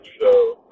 show